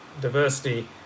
diversity